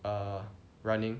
err running